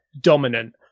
dominant